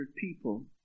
people